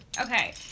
Okay